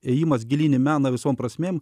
ėjimas gilyn į meną visom prasmėm